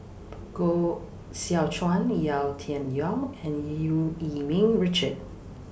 Koh Seow Chuan Yau Tian Yau and EU Yee Ming Richard